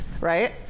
right